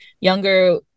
younger